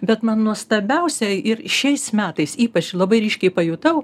bet man nuostabiausia ir šiais metais ypač labai ryškiai pajutau